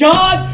God